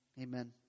Amen